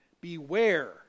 Beware